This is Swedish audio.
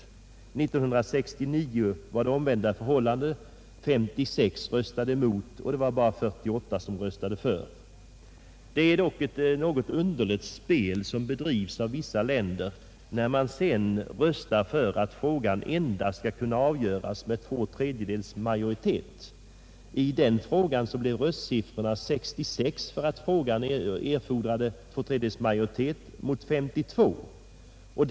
År 1969 var förhållandet det omvända: 56 röstade emot och bara 48 röstade för. Det är dock ett något underligt spel som bedrivs av vissa länder när de sedan röstar för att frågan endast kan avgöras med två tredjedels majoritet. I den frågan blev röstsiffrorna 66 för att frågan erfordrade två tredjedels majoritet och 52 röster emot.